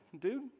dude